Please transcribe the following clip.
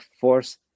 force